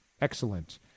Excellent